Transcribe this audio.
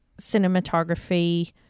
cinematography